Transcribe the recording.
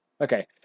Okay